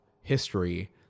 history